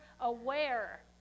aware